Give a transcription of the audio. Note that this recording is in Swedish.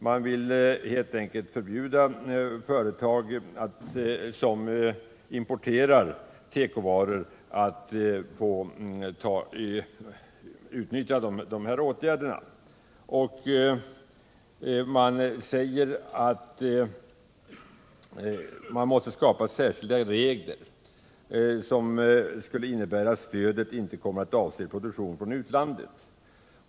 Man vill förbjuda företag som importerar tekovaror att utnyttja de föreslagna åtgärderna. Man säger att det måste skapas särskilda regler som förhindrar att stödet kommer att avse produktion från utlandet.